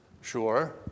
sure